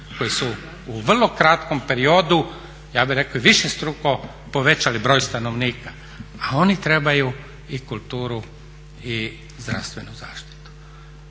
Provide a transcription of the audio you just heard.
koji su u vrlo kratkom periodu ja bih rekao i višestruko povećali broj stanovnika a oni trebaju i kulturu i zdravstvenu zaštitu.